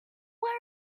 where